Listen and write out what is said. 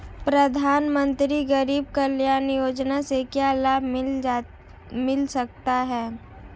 प्रधानमंत्री गरीब कल्याण योजना से क्या लाभ मिल सकता है?